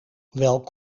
welk